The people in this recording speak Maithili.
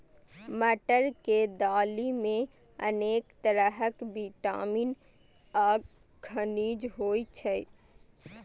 मटर के दालि मे अनेक तरहक विटामिन आ खनिज होइ छै